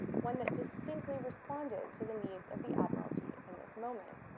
one that distinctly responded to the needs of the admiralty in this moment.